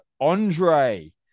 Andre